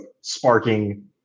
sparking